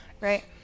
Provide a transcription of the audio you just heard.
right